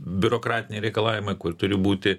biurokratiniai reikalavimai kur turi būti